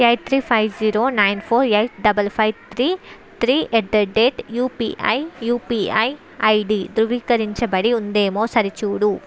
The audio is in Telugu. eight three five zero nine four eight double five three three at the rate UPI UPI ID ధృవీకరించబడి ఉందేమో సరిచూడు